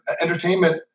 entertainment